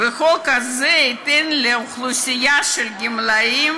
והחוק הזה ייתן לאוכלוסיית הגמלאים